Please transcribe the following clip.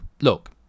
look